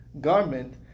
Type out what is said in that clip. garment